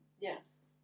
Yes